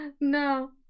No